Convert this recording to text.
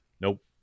Nope